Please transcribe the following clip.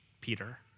Peter